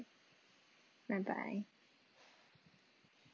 bye bye